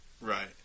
Right